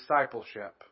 discipleship